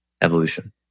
evolution